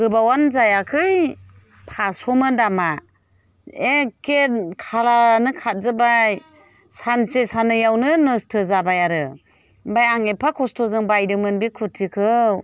गोबाव आनो जायाखै फासस'मोन दामा एखे कालारानो खादजोबबाय सानसे साननैआवनो नस्थ' जाबाय आरो ओमफाय आं एफा खस्थ'जों बायदोंमोन बे खुरथिखौ